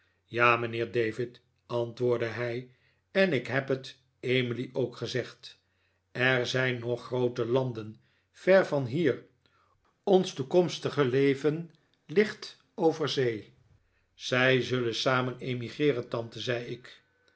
ja mijnheer david antwoordde hij en ik heb het emily ook gezegd er zijn nog groote landen ver van hier ons toekomstige leven ligt over zee zij zullen samen emigreeren tante zei ik